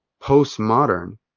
postmodern